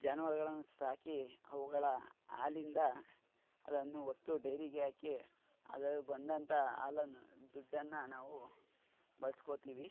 ಜಾನುವಾರುಗಳನ್ನು ಸಾಕಿ ಅವುಗಳ ಹಾಲಿಂದ ಅದನ್ನು ಹೊತ್ತು ಡೈರಿಗೆ ಹಾಕಿ ಅದರಲ್ಲಿ ಬಂದಂಥ ಹಾಲನ್ನ್ ದುಡ್ಡನ್ನು ನಾವು ಬಳಸ್ಕೋತೀವಿ